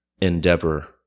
endeavor